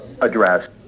address